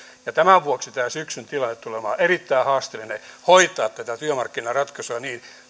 ja tämän vuoksi syksyn tilanne tulee olemaan erittäin haasteellinen hoitaa työmarkkinaratkaisuja niin